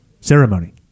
ceremony